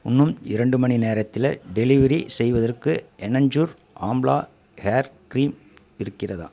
இன்னும் இரண்டு மணி நேரத்தில் டெலிவெரி செய்வதற்கு எனன்சூர் ஆம்லா ஹேர் க்ரீம் இருக்கிறதா